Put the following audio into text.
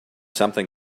something